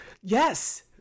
Yes